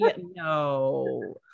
No